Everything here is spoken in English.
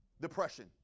depression